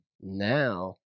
Now